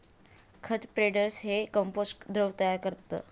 खत स्प्रेडर हे कंपोस्ट द्रव तयार करतं